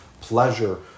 pleasure